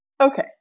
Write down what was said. Okay